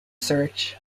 search